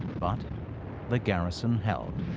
but the garrison held.